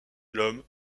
l’homme